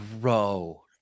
bro